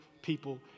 people